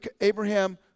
Abraham